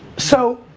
so,